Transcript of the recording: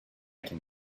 can